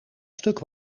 stuk